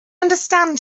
understand